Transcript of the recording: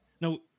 No